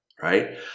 right